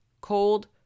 cold